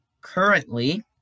currently